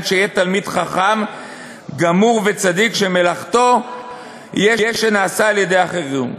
שיהא תלמיד חכם גמור וצדיק שמלאכתו יהא נעשית על-ידי אחרים,